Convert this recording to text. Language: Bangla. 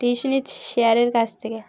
টিউশানির স্যারের কাছ থেকে